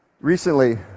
Recently